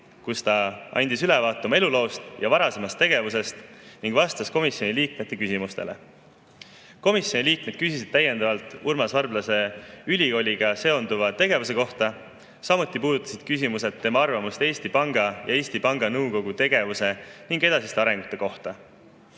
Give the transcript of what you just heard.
kus ta andis ülevaate oma eluloost ja varasemast tegevusest ning vastas komisjoni liikmete küsimustele. Komisjoni liikmed küsisid täiendavalt Urmas Varblase ülikooliga seonduva tegevuse kohta. Samuti puudutasid küsimused tema arvamust Eesti Panga ja Eesti Panga Nõukogu tegevuse ning edasise arengu kohta.